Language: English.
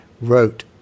wrote